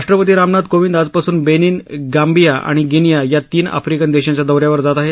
राष्ट्रपती रामनाथ कोविद आजपासून Benin Gambia आणि गिनिया या तीन आफ्रिकन देशांच्या दौ यावर जात आहेत